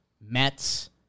Mets